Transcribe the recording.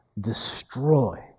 destroy